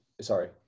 sorry